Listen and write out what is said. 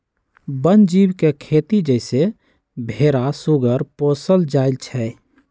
वन जीव के खेती जइसे भेरा सूगर पोशल जायल जाइ छइ